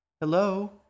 Hello